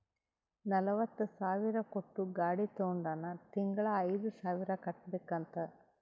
ನಲ್ವತ ಸಾವಿರ್ ಕೊಟ್ಟು ಗಾಡಿ ತೊಂಡಾನ ತಿಂಗಳಾ ಐಯ್ದು ಸಾವಿರ್ ಕಟ್ಬೇಕ್ ಅಂತ್